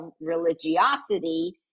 religiosity